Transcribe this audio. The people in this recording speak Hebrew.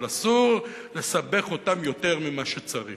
אבל אסור לסבך אותם יותר ממה שצריך.